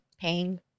paying